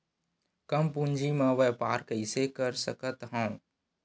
कम पूंजी म व्यापार कइसे कर सकत हव?